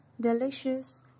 delicious